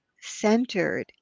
centered